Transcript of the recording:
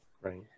Right